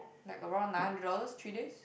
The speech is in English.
like around nine hundred dollars three days